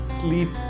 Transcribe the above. sleep